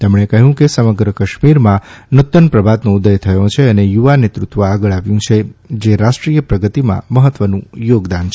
તેમણે કહ્યું કે સમગ્ર કાશ્મીરમાં નૂતન પ્રભાતનો ઉદય થયો છે અને યુવા નેતૃત્વ આગળ આવ્યું છે જે રાષ્ટ્રીય પ્રગતિમાં મહત્વનું યોગદાન આપશે